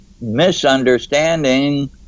misunderstanding